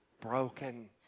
broken